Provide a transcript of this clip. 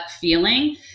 feeling